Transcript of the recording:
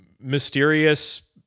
Mysterious